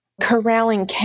corralling